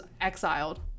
exiled